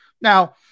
Now